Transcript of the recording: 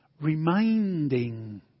reminding